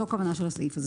זו כוונת הסעיף הזה.